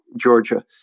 Georgia